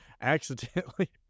Accidentally